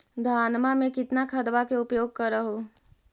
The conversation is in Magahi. धानमा मे कितना खदबा के उपयोग कर हू?